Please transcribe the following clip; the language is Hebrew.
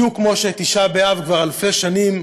בדיוק כמו שעל תשעה באב כבר אלפי שנים